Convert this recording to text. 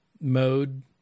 mode